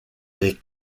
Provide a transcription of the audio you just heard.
des